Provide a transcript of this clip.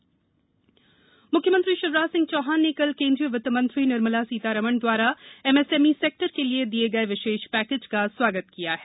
मुख्यमंत्री स्वागत म्ख्यमंत्री शिवराजसिंह चौहान ने कल केन्द्रीय वित मंत्री निर्मला सीतारमन द्वारा एमएसएमई सेक्टर के लिए दिए गए विशेष पैकेज का स्वागत किया है